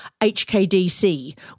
HKDC